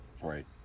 Right